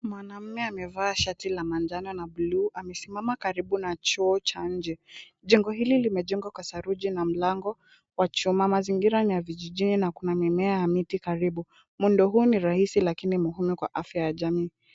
Mwanaume amevaa shati la manjano na bluu amesimama karibu na choo cha nje. Jengo hili limejengwa kwa saruji na mlango wa chuma. Mazingira ni ya vijijini na kuna mimea na miti karibu. Muundo huu ni rahisi lakini muhimu kwa afya ya jamii.